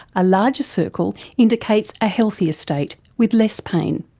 a larger circle indicates a healthier state with less pain.